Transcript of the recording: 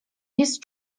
jest